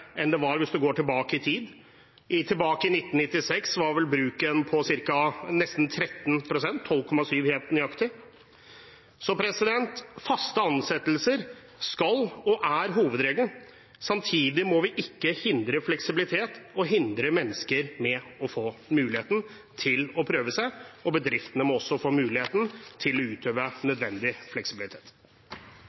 enn den var tilbake i tid. I 1996 var bruken på 12,7 pst. Faste ansettelser skal være, og er, hovedregelen. Samtidig må vi ikke hindre fleksibilitet eller hindre mennesker i å få muligheten til å prøve seg, og bedriftene må også få muligheten til å utøve nødvendig fleksibilitet.